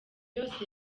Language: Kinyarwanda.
yose